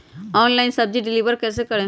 Online सब्जी deliver कैसे करें?